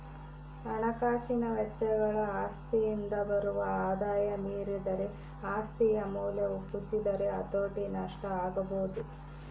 ಹಣಕಾಸಿನ ವೆಚ್ಚಗಳು ಆಸ್ತಿಯಿಂದ ಬರುವ ಆದಾಯ ಮೀರಿದರೆ ಆಸ್ತಿಯ ಮೌಲ್ಯವು ಕುಸಿದರೆ ಹತೋಟಿ ನಷ್ಟ ಆಗಬೊದು